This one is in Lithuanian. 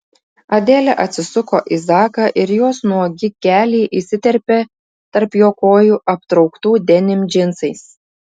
adelė atsisuko į zaką ir jos nuogi keliai įsiterpė tarp jo kojų aptrauktų denim džinsais